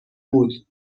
بود